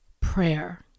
prayer